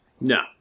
No